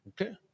okay